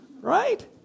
Right